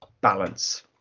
balance